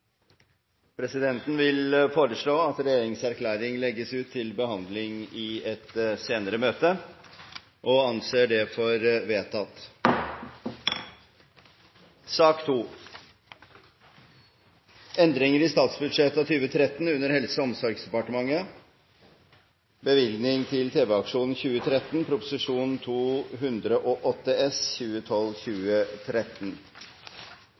Presidenten vil foreslå at regjeringens erklæring legges ut til behandling i et senere møte. – Det anses vedtatt. Til